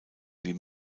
wie